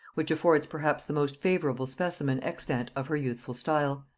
which affords perhaps the most favorable specimen extant of her youthful style.